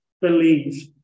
believe